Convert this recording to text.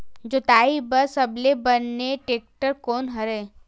जोताई बर सबले बने टेक्टर कोन हरे?